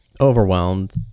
Overwhelmed